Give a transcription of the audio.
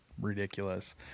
ridiculous